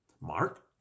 Mark